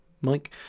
Mike